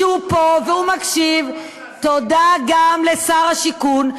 כשהוא פה והוא מקשיב: תודה גם לשר השיכון,